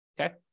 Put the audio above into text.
okay